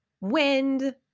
wind